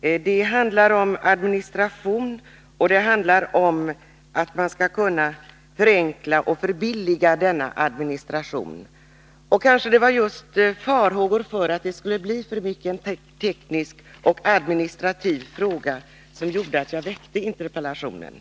Det handlar om administration och om att man skall kunna förenkla och förbilliga denna administration. Kanske det var just farhågor för att det alltför mycket skulle bli en teknisk och administrativ fråga som gjorde att jag väckte interpellationen.